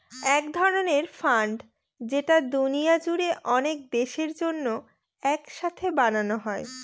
এক ধরনের ফান্ড যেটা দুনিয়া জুড়ে অনেক দেশের জন্য এক সাথে বানানো হয়